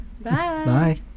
bye